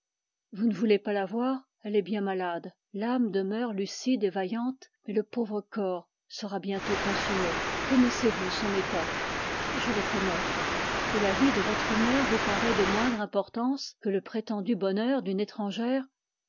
vous ne voulez pas la voir elle est bien malade l'âme demeure lucide et vaillante mais le corps sera bientôt consumé connaissez-vous son état je le connais et la vie de votre mère vous paraît de moindre importance que le prétendu bonheur d'une étrangère